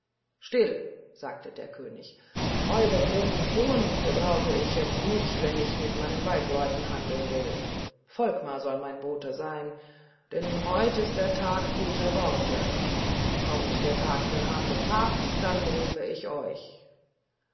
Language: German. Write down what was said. still sagte der könig eure grobe zunge gebrauche ich jetzt nicht wenn ich mit meinen waldleuten handeln will volkmar soll mein bote sein denn heut ist der tag guter worte kommt der tag für harte tat dann rufe ich euch